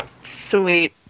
Sweet